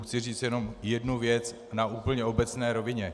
Chci říct jenom jednu věc na úplně obecné rovině.